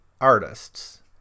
artists